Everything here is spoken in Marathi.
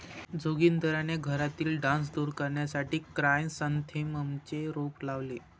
जोगिंदरने घरातील डास दूर करण्यासाठी क्रायसॅन्थेममचे रोप लावले